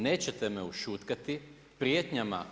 Nećete me ušutkati prijetnjama.